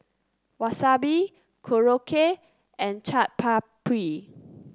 Wasabi Korokke and Chaat Papri